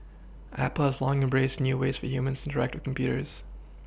Apple has long embraced new ways for humans interact the computers